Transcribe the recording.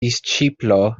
disĉiplo